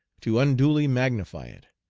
to unduly magnify it,